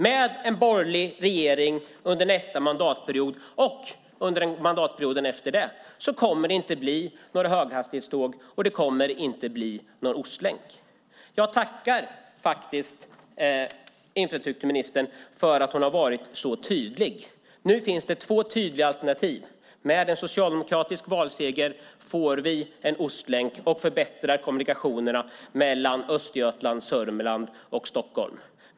Med en borgerlig regering under nästa mandatperiod och under mandatperioden efter den kommer det inte att bli några höghastighetståg, och det kommer inte att bli någon ostlänk. Jag tackar faktiskt infrastrukturministern för att hon har varit så tydlig. Nu finns det två tydliga alternativ. Med en socialdemokratisk valseger får vi en ostlänk, och vi förbättrar kommunikationerna mellan Östergötland, Sörmland och Stockholm.